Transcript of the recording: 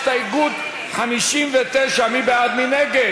הסתייגות 58, מי בעד ההסתייגות?